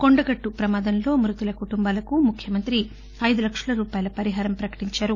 కొండగట్టు ప్రమాదంలో మృతుల కుటుంబాలకు ముఖ్యమంత్రి ఐదు లక్షల రూపాయల పరిహారం ప్రకటించారు